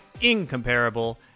incomparable